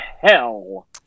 hell